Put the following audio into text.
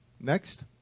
Next